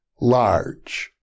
large